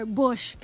bush